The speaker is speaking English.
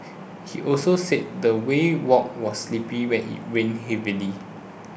he also said the way walk was sleepy when it rained heavily